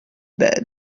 bed